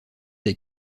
des